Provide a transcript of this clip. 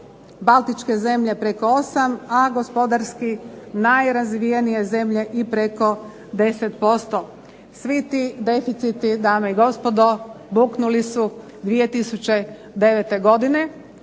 Baltičke zemlje preko 8, a gospodarski najrazvijenije zemlje i preko 10%. Svi ti deficiti, dame i gospodo, buknuli su 2009. godine,